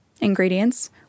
Ingredients